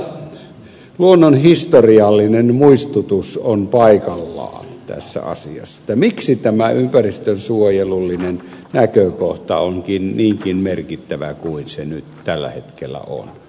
semmoinen luonnonhistoriallinen muistutus on paikallaan tässä asiassa miksi tämä ympäristönsuojelullinen näkökohta on niinkin merkittävä kuin se nyt tällä hetkellä on